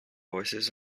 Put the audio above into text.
voices